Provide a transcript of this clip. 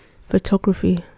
Photography